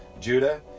Judah